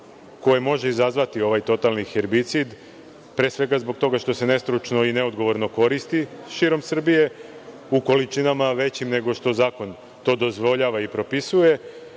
koji može izazvati ovaj totalni herbicit, pre svega zbog toga što se nestručno i neodgovorno koristi širom Srbije u količinama većim nego što zakon to dozvoljava i propisuje